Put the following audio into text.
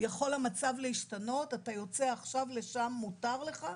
יכול המצב להשתנות, אתה יוצא עכשיו לשם, מותר לך.